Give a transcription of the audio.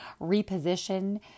reposition